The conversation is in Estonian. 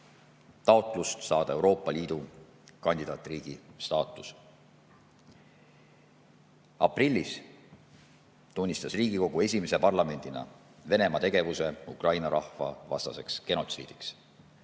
taotlust saada Euroopa Liidu kandidaatriigi staatus. Aprillis tunnistas Riigikogu esimese parlamendina Venemaa tegevuse Ukraina rahva vastaseks genotsiidiks.